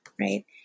Right